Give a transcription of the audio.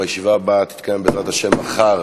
הישיבה הבאה תתקיים, בעזרת השם,